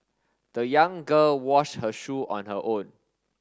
the young girl washed her shoe on her own